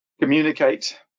communicate